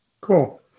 Cool